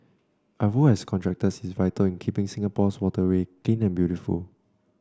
our role as contractors is vital in keeping Singapore's waterway clean and beautiful